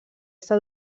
està